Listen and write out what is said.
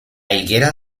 higuera